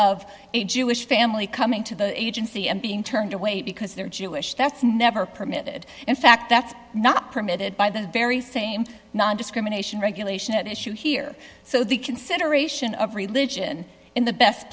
of a jewish family coming to the agency and being turned away because they're jewish that's never permitted in fact that's not permitted by the very same nondiscrimination regulation at issue here so the consideration of religion in the best